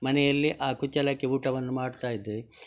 ಮನೆಯಲ್ಲಿ ಆ ಕುಚ್ಚಲಕ್ಕಿ ಊಟವನ್ನು ಮಾಡ್ತಾ ಇದ್ದೀವಿ